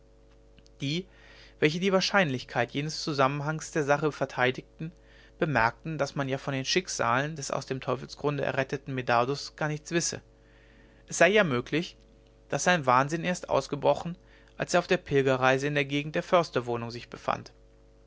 die welche die wahrscheinlichkeit jenes zusammenhangs der sache verteidigten bemerkten daß man ja von den schicksalen des aus dem teufelsgrunde erretteten medardus gar nichts wisse es sei ja möglich daß sein wahnsinn erst ausgebrochen als er auf der pilgerreise in der gegend der försterwohnung sich befand